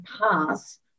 pass